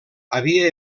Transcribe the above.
havia